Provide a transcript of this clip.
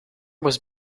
was